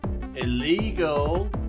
illegal